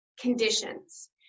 conditions